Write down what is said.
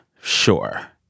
sure